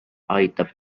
aitab